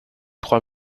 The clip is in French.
trois